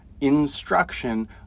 instruction